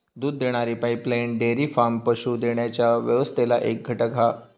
दूध देणारी pipeline dairy farm पशू देण्याच्या व्यवस्थेतला एक घटक हा